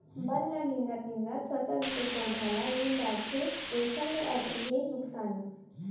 बन ल निंदत निंदत फसल के पउधा ल नींद डारथे जेखर ले अलगे नुकसानी